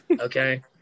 Okay